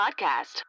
podcast